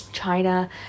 China